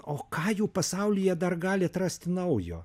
o ką jų pasaulyje dar gali atrasti naujo